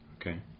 Okay